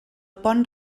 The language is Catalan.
pont